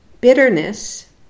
bitterness